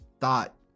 thought